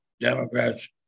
Democrats